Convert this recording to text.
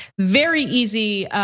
very easy